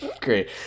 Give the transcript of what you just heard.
Great